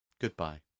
Goodbye